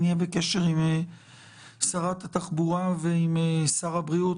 נהיה בקשר עם שרת התחבורה ועם שר הבריאות,